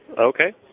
Okay